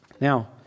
now